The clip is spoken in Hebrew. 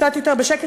קצת יותר בשקט,